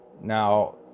Now